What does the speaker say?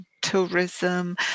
tourism